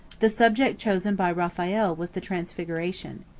the subject chosen by raphael was the transfiguration.